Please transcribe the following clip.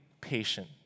patient